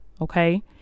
okay